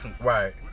Right